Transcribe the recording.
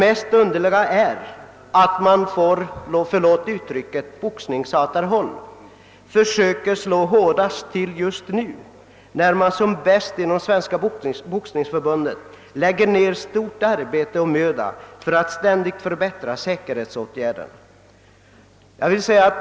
Det underligaste är att det på — förlåt uttrycket — boxningshatarhåll slås hårdast just nu, när det inom Svenska boxningsförbundet som «bäst läggs ned stort arbete och stor möda på att ständigt förbättra säkerhetsåtgärderna.